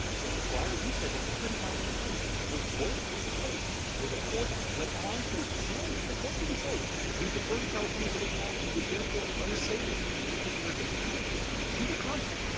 justice breyer, you said that you couldn't find any case. well, volt is a case where the court went on to examine. the court didn't say we defer to california state law and it is, therefore, unassailable to use the words that respondents would. to the contrary,